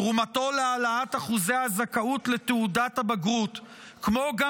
תרומתו להעלאת אחוזי הזכאות לתעודת הבגרות כמו גם